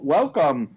Welcome